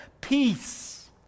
Peace